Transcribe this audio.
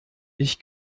ich